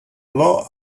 law